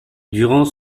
durant